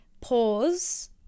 pause